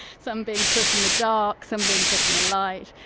some being put in the dark, some being put in the light.